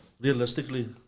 realistically